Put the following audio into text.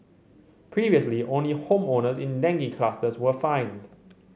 previously only home owners in dengue clusters were fined